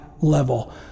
level